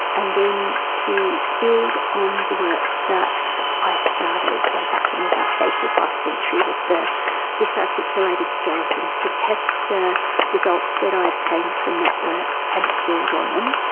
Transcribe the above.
and then to build on the work that i started way back in the dark ages last century with the disarticulated skeletons to test the results that i obtained from that work and to build on them.